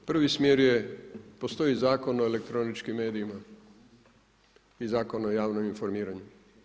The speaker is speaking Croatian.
Prvi smjer je, postoji Zakon o elektroničkim medijima i Zakon o javnim informiranjima.